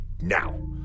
Now